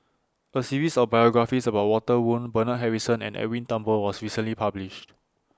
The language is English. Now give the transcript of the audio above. A series of biographies about Walter Woon Bernard Harrison and Edwin Thumboo was recently published